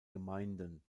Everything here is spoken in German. gemeinden